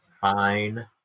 fine